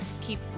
keep